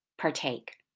Partake